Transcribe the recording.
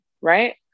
right